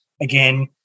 again